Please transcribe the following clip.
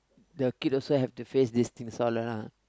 the kid also have to face these things all lah